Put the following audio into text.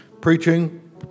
preaching